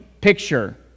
picture